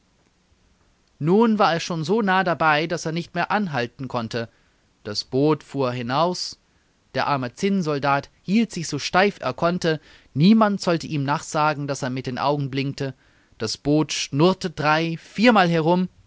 nun war er schon so nahe dabei daß er nicht mehr anhalten konnte das boot fuhr hinaus der arme zinnsoldat hielt sich so steif er konnte niemand sollte ihm nachsagen daß er mit den augen blinke das boot schnurrte drei viermal herum